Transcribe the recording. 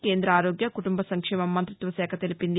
కేంద్ర ఆరోగ్య కుటుంబ సంక్షేమ మంతిత్వ శాఖ తెలిపింది